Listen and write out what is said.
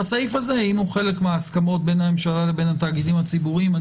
בסעיף הזה היינו חלק מן ההסכמות בין הממשלה לבין התאגידים הציבוריים.